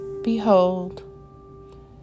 Behold